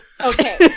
Okay